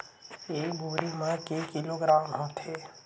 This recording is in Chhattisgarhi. एक बोरी म के किलोग्राम होथे?